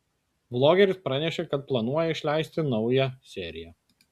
vlogeris pranešė kad planuoja išleisti naują seriją